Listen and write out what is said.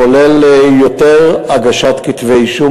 כולל הגשת יותר כתבי אישום.